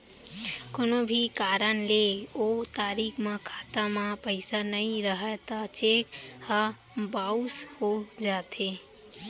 कोनो भी कारन ले ओ तारीख म खाता म पइसा नइ रहय त चेक ह बाउंस हो जाथे